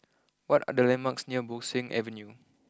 what are the landmarks near Bo Seng Avenue